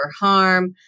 harm